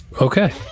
Okay